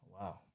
Wow